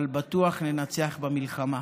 אבל בטוח ננצח במלחמה.